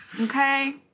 Okay